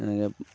এনেকৈ